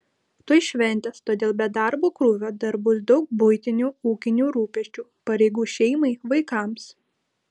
tuoj šventės todėl be darbo krūvio dar bus daug buitinių ūkinių rūpesčių pareigų šeimai vaikams